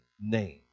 name